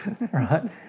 right